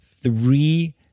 three